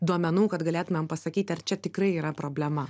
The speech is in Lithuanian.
duomenų kad galėtumėm pasakyt ar čia tikrai yra problema